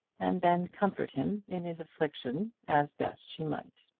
and then comfort him in his affliction as best she might.